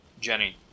Jenny